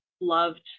loved